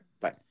Bye